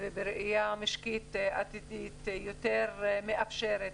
ובראייה משקית עתידית יותר מאפשרת